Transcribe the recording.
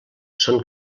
són